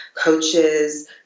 coaches